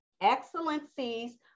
excellencies